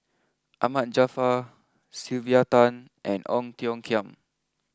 Ahmad Jaafar Sylvia Tan and Ong Tiong Khiam